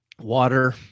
water